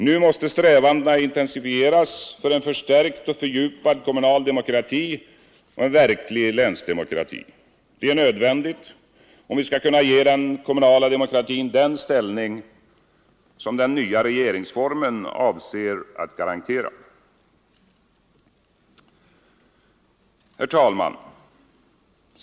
Nu måste strävandena intensifieras för en förstärkt och fördjupad kommunal demokrati och en verklig länsdemokrati. Detta är nödvändigt, om vi skall kunna ge den kommunala demokratin den ställning som den nya regeringsformen avser att garantera.